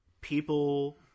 people